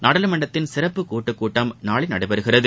நாடாளுமன்றத்தின் சிறப்பு கூட்டுக் கூட்டம் நாளை நடைபெறுகிறது